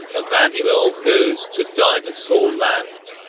emanuelle goes to dinosaur land,